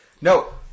No